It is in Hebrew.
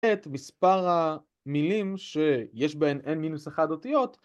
ומספר המילים שיש בהן n-1 אותיות